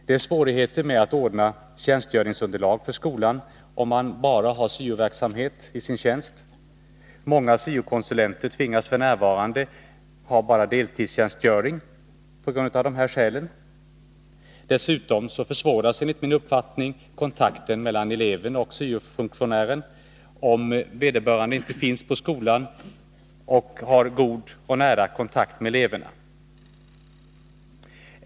Det är svårigheter med att ordna tjänstgöringsunderlag för skolan, om man bara har syo-verksamhet i sin tjänst. Många syo-konsulenter tvingas f.n. av dessa skäl att ha bara deltidstjänstgöring. Dessutom försvåras enligt min uppfattning kontakten mellan eleven och syo-funktionären, om syo-konsulenten inte finns på skolan och har god och nära kontakt med eleverna.